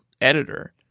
editor